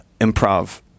improv